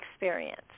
experience